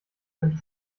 könnte